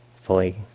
fully